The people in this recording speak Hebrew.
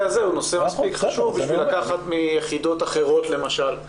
הזה הוא נושא מספיק חשוב בשביל לקחת מיחידות אחרות למשל,